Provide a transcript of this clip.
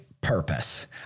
purpose